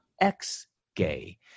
ex-gay